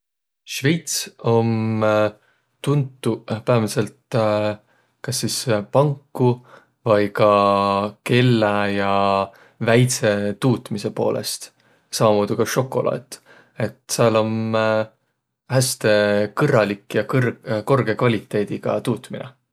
Sveits om tuntuq päämädselt kas sis panku vai ka kellä- ja väidsetuutmisõ poolõst. Sammamuudu ka sokolaat. Et sääl om häste kõrralik ja kõr- korgõ kvaliteediga tuutminõ.